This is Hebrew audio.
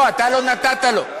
לא, אתה לא נתת לו.